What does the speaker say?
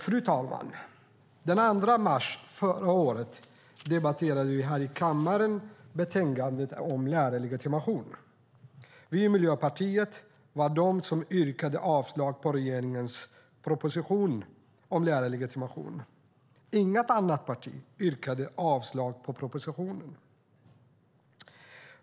Fru talman! Den 2 mars förra året debatterade vi här i kammaren betänkandet om lärarlegitimation. Vi i Miljöpartiet yrkade avslag på regeringens proposition om lärarlegitimation. Inget annat parti yrkade avslag på propositionen.